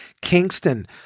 Kingston